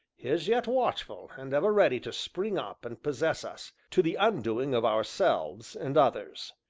is yet watchful and ever ready to spring up and possess us, to the undoing of ourselves and others.